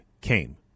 came